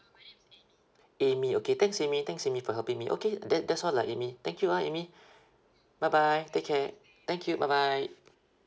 amy okay thanks amy thanks amy for helping me okay that that's all lah amy thank you ah amy bye bye take care thank you bye bye